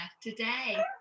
today